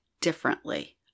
differently